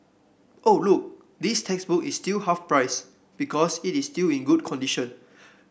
oh look this textbook is still half price because it is still in good condition